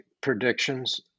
predictions